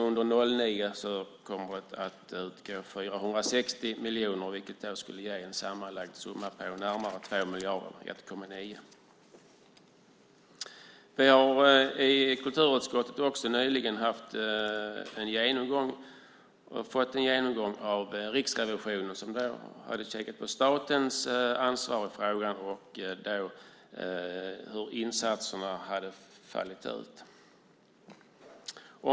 Under 2009 kommer det att utgå 460 miljoner, vilket skulle ge en sammanlagd summa på närmare 2 miljarder. I kulturutskottet har vi nyligen fått en genomgång av Riksrevisionen som hade tittat på statens ansvar i frågan och hur insatserna hade fallit ut.